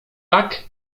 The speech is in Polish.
tak